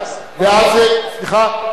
באיזה חוק?